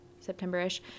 September-ish